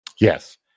yes